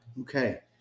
Okay